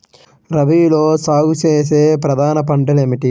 రబీలో సాగు చేసే ప్రధాన పంటలు ఏమిటి?